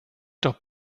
doch